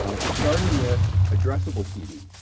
um we're starting with addressable tv.